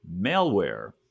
malware